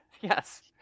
yes